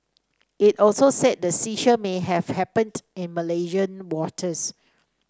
it also said the seizure may have happened in Malaysian waters